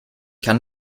kann